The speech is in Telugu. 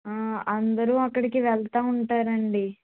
అందరు అక్కడికి వెళ్తూ ఉంటారండి